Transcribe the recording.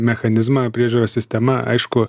mechanizmą priežiūros sistemą aišku